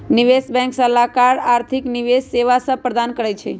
निवेश बैंक सलाहकार आर्थिक निवेश सेवा सभ प्रदान करइ छै